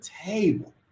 table